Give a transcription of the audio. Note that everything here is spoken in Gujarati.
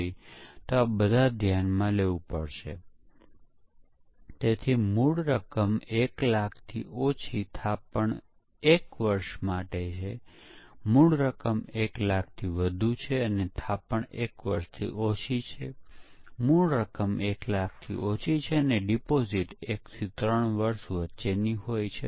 તેથી પરીક્ષકો મોડેલ ચક્રના દરેક ભાગમાં કંઈક અને કંઈક કરવામાં વ્યસ્ત છે અને તેથી સોફ્ટવેરની ભૂલો અગાઉથી જ ખુલ્લી પડી છે